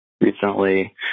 recently